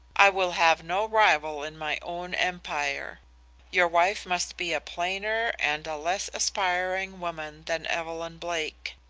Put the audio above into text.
i will have no rival in my own empire your wife must be a plainer and a less aspiring woman than evelyn blake.